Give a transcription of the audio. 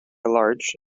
large